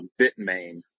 Bitmain